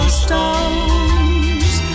stones